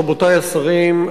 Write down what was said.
רבותי השרים,